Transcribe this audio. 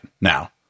now